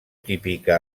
típica